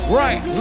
right